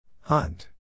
Hunt